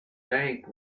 bank